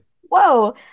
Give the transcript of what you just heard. whoa